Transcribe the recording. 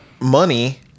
money